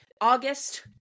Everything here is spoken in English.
august